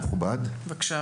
אדוני, בבקשה.